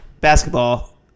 Basketball